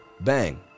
Bang